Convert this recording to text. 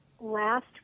last